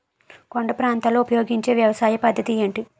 కొండ ప్రాంతాల్లో ఉపయోగించే వ్యవసాయ పద్ధతి ఏంటి?